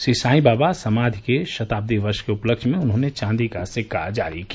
श्री साईबाबा समाधि के शताब्दी वर्ष के उपलक्ष्य में उन्होंने चांदी का सिक्का जारी किया